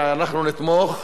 שאנחנו נתמוך,